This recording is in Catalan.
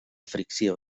fricció